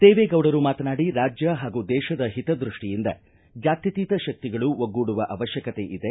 ದೇವೇಗೌಡರು ಮಾತನಾಡಿ ರಾಜ್ಯ ಹಾಗೂ ದೇಶದ ಹಿತದೃಷ್ಟಿಯಿಂದ ಜಾತ್ಯತೀತ ಶಕ್ತಿಗಳು ಒಗ್ಗೂಡುವ ಅವಶ್ಯಕತೆ ಇದೆ